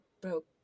broke